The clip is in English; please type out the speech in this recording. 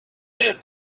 him